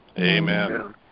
Amen